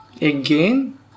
again